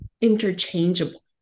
interchangeable